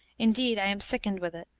indeed, i am sickened with it,